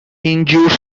injures